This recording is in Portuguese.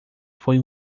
foi